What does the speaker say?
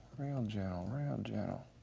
real gentle, real gentle.